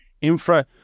Infra